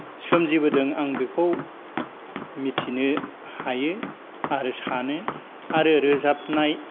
सोमजिबोदों आं बेखौ मिथिनो हायो आरो सानो आरो रोजाबनाय